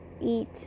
eat